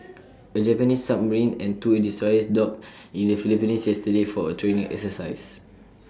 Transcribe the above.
A Japanese submarine and two destroyers docked in the Philippines yesterday for A training exercise